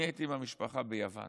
אני הייתי עם המשפחה ביוון.